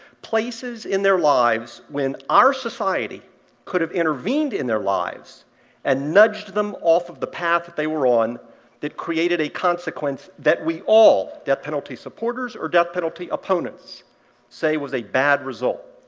places in their lives when our society could've intervened in their lives and nudged them off of the path that they were on that created a consequence that we all death penalty supporters or death penalty opponents say was a bad result.